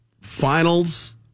finals